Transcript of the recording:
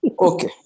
Okay